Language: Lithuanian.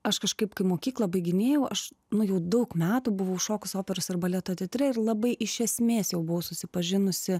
aš kažkaip kai mokyklą baiginėjau aš nu jų daug metų buvau šokusi operos ir baleto teatre ir labai iš esmės jau buvau susipažinusi